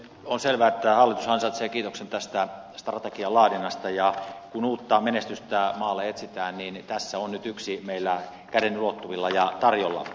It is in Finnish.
on selvää että hallitus ansaitsee kiitoksen tästä strategian laadinnasta ja kun uutta menestystä maalle etsitään niin tässä on nyt yksi meillä käden ulottuvilla ja tarjolla